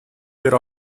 their